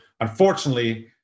unfortunately